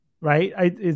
right